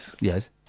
yes